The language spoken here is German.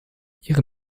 ihre